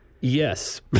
Yes